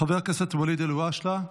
חבר הכנסת ואליד אלהואשלה,